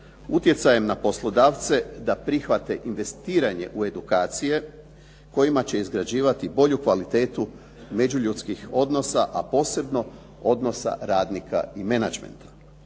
utjecajem na poslodavce da prihvate investiranje u edukacije kojima će izgrađivati bolju kvalitetu međuljudskih odnosa, a posebno odnosa radnika i menadžmenta.